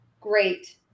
Great